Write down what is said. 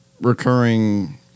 recurring